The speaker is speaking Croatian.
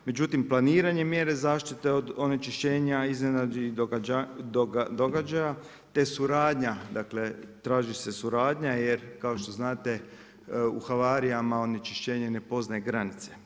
Međutim, planiranje mjere zaštite od onečišćenja, iznenadnih događaja, te suradnja dakle, traži se suradnja, je kao što znate u havarijama onečišćenje ne poznaje granice.